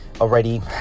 already